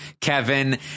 kevin